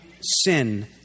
sin